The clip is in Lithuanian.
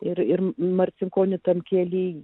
ir ir marcinkonių tam keliai